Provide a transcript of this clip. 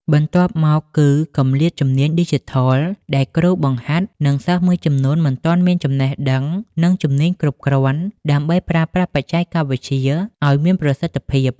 បន្ទាប់មកគឺ គម្លាតជំនាញឌីជីថល ដែលគ្រូបង្ហាត់ និងសិស្សមួយចំនួនមិនទាន់មានចំណេះដឹង និងជំនាញគ្រប់គ្រាន់ដើម្បីប្រើប្រាស់បច្ចេកវិទ្យាឱ្យមានប្រសិទ្ធភាព។